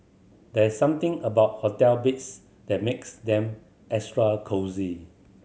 there's something about hotel beds that makes them extra cosy